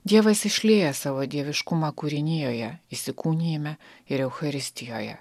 dievas išlieja savo dieviškumą kūrinijoje įsikūnijime ir eucharistijoje